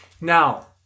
now